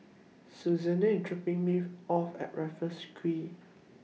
Susana IS dropping Me off At Raffles Quay